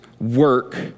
work